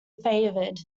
favored